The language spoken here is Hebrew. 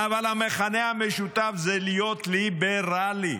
אבל המכנה המשותף הוא להיות ליברלי.